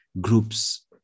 groups